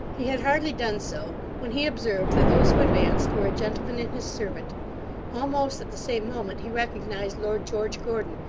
he had hardly done so, when he observed that those who advanced were a gentleman and his servant almost at the same moment he recognised lord george gordon,